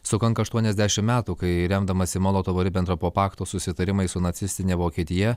sukanka aštuoniasdešimt metų kai remdamasi molotovo ribentropo pakto susitarimai su nacistine vokietija